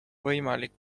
võimalik